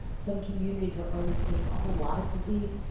some communities are already seeing a whole lot of disease,